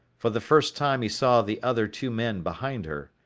for the first time he saw the other two men behind her.